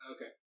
Okay